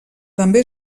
també